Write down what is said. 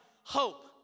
hope